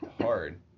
hard